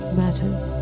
matters